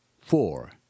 Four